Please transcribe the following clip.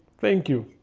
thank you,